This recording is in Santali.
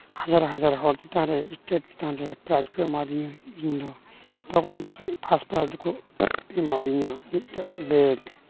ᱦᱟᱡᱟᱨ ᱦᱟᱡᱟᱨ ᱦᱚᱲ ᱪᱮᱛᱟᱱᱨᱮ ᱥᱴᱮᱡᱽ ᱪᱮᱛᱟᱱ ᱨᱮ ᱯᱨᱟᱭᱤᱡᱽ ᱠᱚ ᱮᱢᱟ ᱫᱤᱧᱟᱹ ᱤᱧᱫᱚ ᱛᱚᱠᱷᱚᱱ ᱫᱚ ᱪᱮᱫ ᱯᱷᱟᱥᱴ ᱯᱨᱟᱭᱤᱡᱽ ᱫᱚᱠᱚ ᱮᱢᱟᱣᱫᱤᱧᱟ ᱢᱤᱫᱴᱮᱡᱽ ᱵᱮᱜᱽ